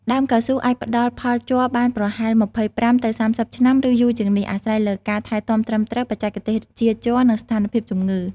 ដើមកៅស៊ូអាចផ្តល់ផលជ័របានប្រហែល ២៥ ទៅ ៣០ ឆ្នាំ ឬយូរជាងនេះ អាស្រ័យលើការថែទាំត្រឹមត្រូវ បច្ចេកទេសចៀរជ័រ និងស្ថានភាពជំងឺ។